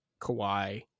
Kawhi